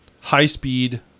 high-speed